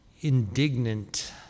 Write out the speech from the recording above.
indignant